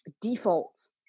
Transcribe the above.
defaults